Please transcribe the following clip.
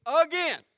again